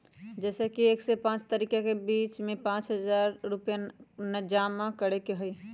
जैसे कि एक से पाँच तारीक के बीज में पाँच हजार रुपया जमा करेके ही हैई?